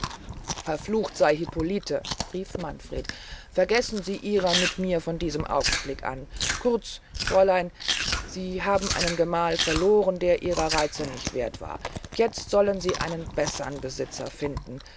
verflucht sey hippolite rief manfred vergessen sie ihrer mit mir von diesem augenblick an kurz fräulein sie haben einen gemahl verlohren der ihrer reize nicht wehrt war jetzt sollen sie einen bessern besitzer finden